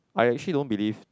I actually don't believe